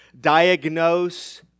diagnose